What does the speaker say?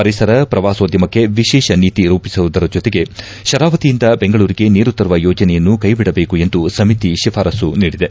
ಪರಿಸರ ಪ್ರವಾಸೋದ್ಧಮಕ್ಕೆ ವಿಶೇಷ ನೀತಿ ರೂಪಿಸುವುದರ ಜೊತೆಗೆ ಶರಾವತಿಯಿಂದ ಬೆಂಗಳೂರಿಗೆ ನೀರು ತರುವ ಯೋಜನೆಯನ್ನು ಕೈಬಿಡಬೇಕು ಎಂದು ಸಮಿತಿ ಶಿಫಾರಸ್ತು ನೀಡಿದೆ